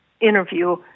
interview